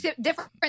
different